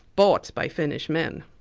bought by finnish men.